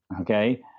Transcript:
Okay